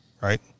right